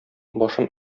башым